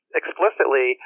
explicitly